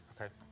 Okay